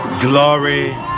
glory